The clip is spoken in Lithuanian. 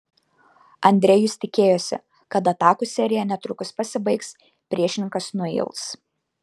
andrejus tikėjosi kad atakų serija netrukus pasibaigs priešininkas nuils